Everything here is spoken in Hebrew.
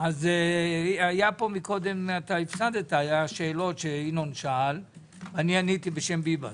היו שאלות שינון שא ואני עניתי בשם ביבס.